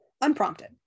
unprompted